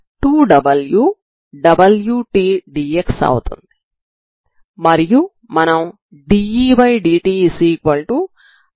wt⏟dxB అవుతుంది మరియు మనం dEdt2w